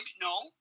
no